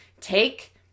take